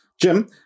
Jim